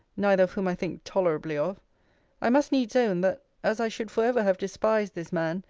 neither of whom i think tolerably of i must needs own, that as i should for ever have despised this man,